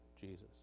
Jesus